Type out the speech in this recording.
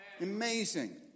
Amazing